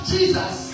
Jesus